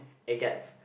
it gets